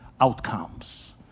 outcomes